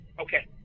Okay